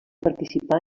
participà